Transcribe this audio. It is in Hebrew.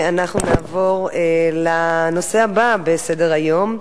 אנחנו נעבור לנושא הבא בסדר-היום,